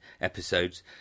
episodes